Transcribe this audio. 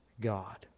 God